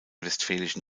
westfälischen